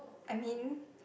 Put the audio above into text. I mean